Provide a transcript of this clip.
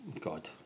God